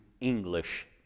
English